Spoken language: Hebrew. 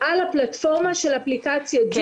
על הפלטפורמה של אפליקציית זום.